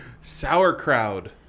Sauerkraut